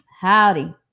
Howdy